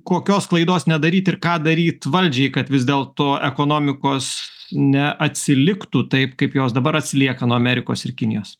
kokios klaidos nedaryt ir ką daryt valdžiai kad vis dėl to ekonomikos neatsiliktų taip kaip jos dabar atsilieka nuo amerikos ir kinijos